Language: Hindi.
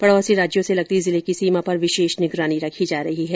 पड़ौसी राज्यों से लगती जिले की सीमा पर विशेष निगरानी रखी जा रही है